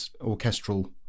orchestral